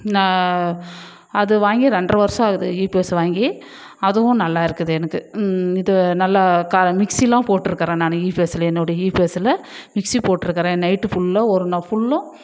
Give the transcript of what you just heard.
நான் அது வாங்கி ரெண்டரை வருஷம் ஆகுது இபிஎஸ் வாங்கி அதுவும் நல்லா இருக்குது எனக்கு இது நல்லா மிக்சிலாம் போட்ருக்கறேன் நான் யுபிஎஸ்ல என்னுடைய யுபிஎஸ்ல மிக்சி போட்ருக்கறேன் நைட்டு ஃபுல்லாக ஒரு நாள் ஃபுல்லும்